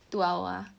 two hour ah